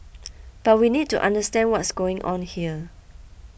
but we need to understand what's going on here